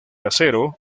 acero